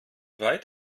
weit